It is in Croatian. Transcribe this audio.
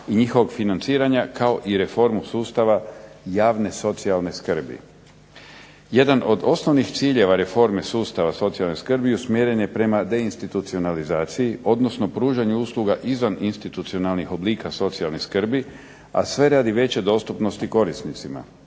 i njihovog financiranja kao i reformu sustava javne socijalne skrbi. Jedan od osnovnih ciljeva reforme sustava socijalne skrbi usmjeren je prema deinstitucionalizaciji, odnosno pružanju usluga izvan institucionalnih oblika socijalne skrbi, a sve radi veće dostupnosti korisnicima.